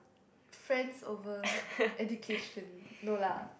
friends over education no lah